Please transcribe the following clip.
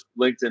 LinkedIn